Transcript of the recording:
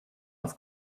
auf